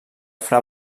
fra